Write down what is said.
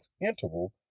interval